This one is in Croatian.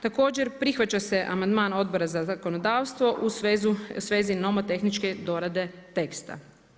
Također, prihvaća se amandman Odbora za zakonodavstvo u svezi novotehničke dorade teksta.